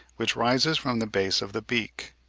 which rises from the base of the beak.